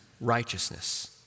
righteousness